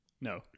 No